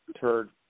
Third